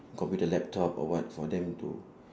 computer laptop or what for them to